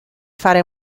fare